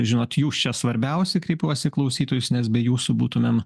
žinot jūs čia svarbiausi kreipiuosi į klausytojus nes be jūsų būtumėm